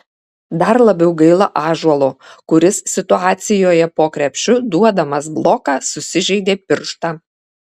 dar labiau gaila ąžuolo kuris situacijoje po krepšiu duodamas bloką susižeidė pirštą